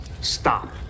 stop